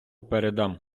передам